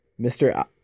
Mr